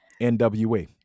NWA